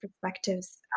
perspectives